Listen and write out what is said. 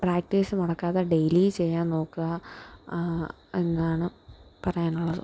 practice മുടക്കാതെ daily ചെയ്യാന് നോക്കുക എന്നാണ് പറയാന് ഉള്ളത്